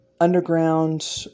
Underground